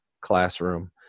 classroom